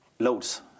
Loads